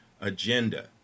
agenda